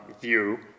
view